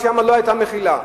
ושם לא היתה מחילה.